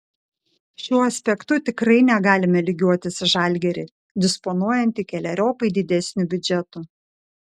šiuo aspektu tikrai negalime lygiuotis į žalgirį disponuojantį keleriopai didesniu biudžetu